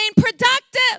productive